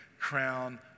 crown